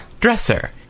Dresser